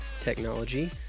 technology